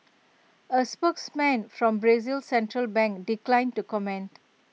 A spokesman from Brazil's central bank declined to comment